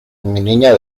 niña